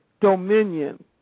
dominion